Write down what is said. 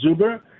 Zuber